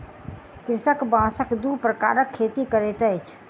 कृषक बांसक दू प्रकारक खेती करैत अछि